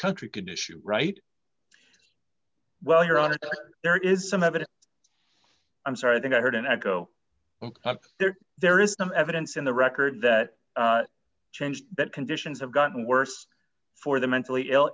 country can issue right well here on it there is some haven't i'm sorry i think i heard an echo there there is some evidence in the record that changed that conditions have gotten worse for the mentally ill